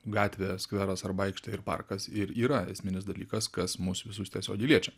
gatvė skveras arba aikštė ir parkas ir yra esminis dalykas kas mus visus tiesiogiai liečia